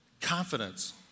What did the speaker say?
Confidence